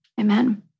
amen